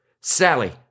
Sally